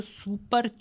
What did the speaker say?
super